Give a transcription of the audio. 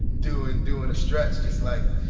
doing doing a stretch, just like.